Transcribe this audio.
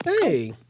Hey